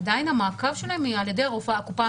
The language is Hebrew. עדיין המעקב שלהם הוא על ידי רופאי הקופה שלו.